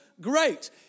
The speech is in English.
great